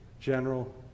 General